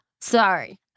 sorry